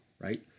right